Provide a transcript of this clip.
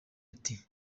ati